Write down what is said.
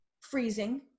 freezing